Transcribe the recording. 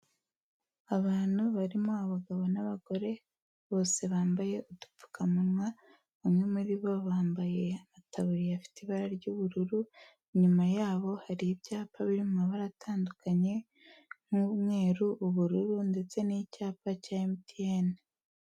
Abantu barimo abagabo n'abagore bose bambaye udupfukamunwa, bamwe muri bo bambaye itaburiya ifite ibara ry'ubururu, inyuma yabo hari ibyapa biri mu mabara atandukanye nk'umweru, ubururu ndetse n'icyapa cya MTN.